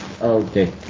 Okay